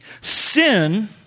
Sin